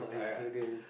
I yeah